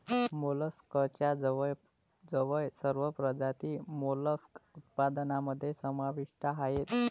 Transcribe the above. मोलस्कच्या जवळजवळ सर्व प्रजाती मोलस्क उत्पादनामध्ये समाविष्ट आहेत